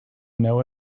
know